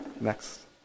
Next